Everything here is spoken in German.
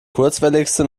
kurzwelligste